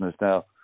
now